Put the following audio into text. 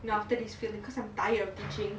now after this feel cause I'm tired of teaching